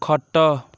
ଖଟ